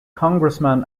congressman